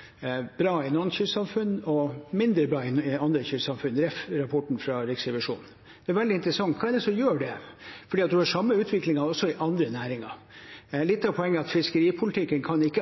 interessant. Hva er det som gjør det? Det er den samme utviklingen også i andre næringer. Litt av poenget er at fiskeripolitikken alene ikke